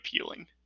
appealing